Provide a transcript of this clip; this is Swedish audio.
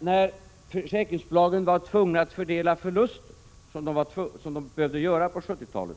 När försäkringsbolagen var tvungna att fördela förluster, något som man tvingades göra på 70-talet,